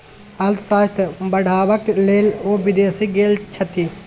अर्थशास्त्र पढ़बाक लेल ओ विदेश गेल छथि